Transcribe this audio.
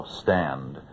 stand